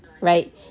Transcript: right